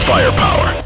Firepower